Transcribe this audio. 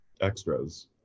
extras